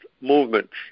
movements